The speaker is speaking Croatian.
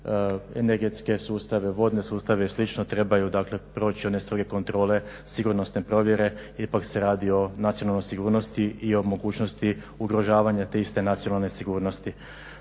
energetske sustave, vodne sustave i slično. Trebaju dakle, proći one stroge kontrole, sigurnosne provjere jer ipak se radi o nacionalnoj sigurnosti i o mogućnosti ugrožavanja te iste nacionalne sigurnosti.